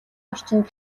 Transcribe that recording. орчинд